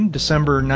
December